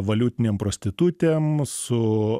valiutinėm prostitutėm su